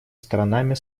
сторонами